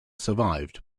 survived